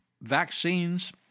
vaccines